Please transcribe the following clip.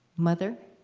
mother,